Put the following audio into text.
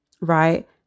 right